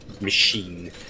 machine